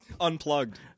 Unplugged